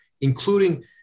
including